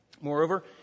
moreover